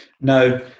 No